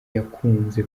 yakunze